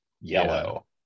yellow